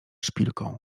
szpilką